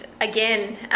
again